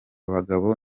bagabo